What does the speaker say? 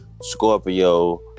Scorpio